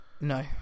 No